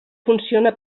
funciona